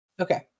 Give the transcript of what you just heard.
Okay